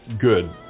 good